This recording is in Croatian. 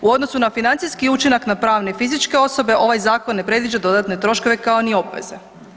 U odnosu na financijski učinak na pravna i fizičke osobe ovaj zakon ne predviđa dodatne troškove kao ni obveze.